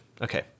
Okay